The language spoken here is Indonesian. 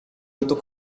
itu